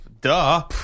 Duh